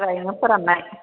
ओरैनो फोराननाय